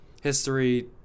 history